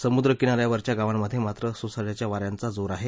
समुद्रकिनाऱ्यावरच्या गावांमध्ये मात्र सोसाट्याच्या वाऱ्यांचा जोर आहे